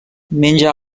menja